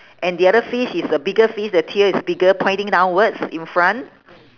and the other fish is a bigger fish the tail is bigger pointing downwards in front